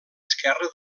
esquerra